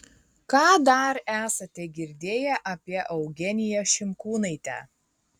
ką dar esate girdėję apie eugeniją šimkūnaitę